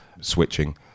switching